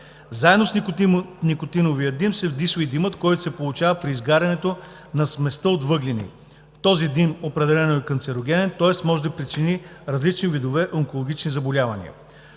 Заедно с никотиновия дим се вдишва и димът, който се получава при изгарянето на сместа от въглени. Този дим определено е канцерогенен, тоест може да причини различни видове онкологични заболявания.